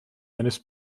eines